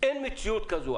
אין מציאות כזו.